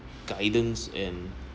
guidance and